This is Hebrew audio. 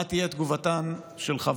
אני לא יודע מה תהיה תגובתן של חברות